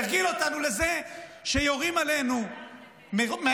הרגיל אותנו לזה שיורים עלינו מעזה,